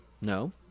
No